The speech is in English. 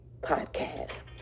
podcast